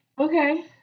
okay